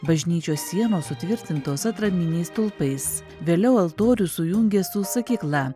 bažnyčios sienos sutvirtintos atraminiais stulpais vėliau altorių sujungė su sakykla